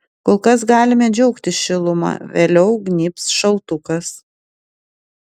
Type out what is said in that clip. kol kas galime džiaugtis šiluma vėliau gnybs šaltukas